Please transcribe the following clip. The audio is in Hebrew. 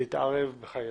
להתערב בחייו.